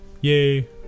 Yay